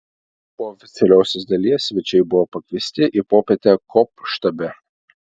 po oficialiosios dalies svečiai buvo pakviesti į popietę kop štabe